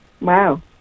Wow